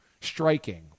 striking